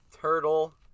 turtle